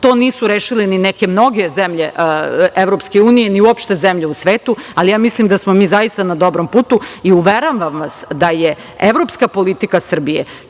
to nisu rešile ni neke mnoge zemlje EU ni uopšte zemlje u svetu, ali ja mislim da smo mi zaista na dobrom putu i uveravam vas da je evropska politika Srbije